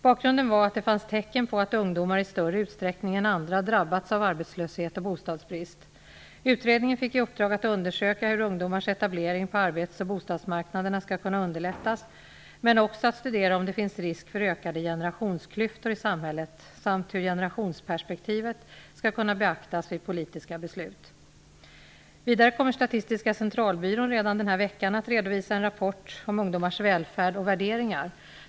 Bakgrunden var att det fanns tecken på att ungdomar i större utsträckning än andra drabbats av arbetslöshet och bostadsbrist. Utredningen fick i uppdrag att undersöka hur ungdomars etablering på arbets och bostadsmarknaderna skall kunna underlättas men också att studera om det finns risk för ökade generationsklyftor i samhället samt hur generationsperspektivet skall kunna beaktas vid politiska beslut. Vidare kommer Statistiska centralbyrån redan denna vecka att redovisa en rapport om ungdomars välfärd och värderingar.